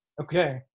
okay